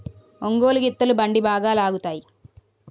ఒంగోలు గిత్తలు బండి బాగా లాగుతాయి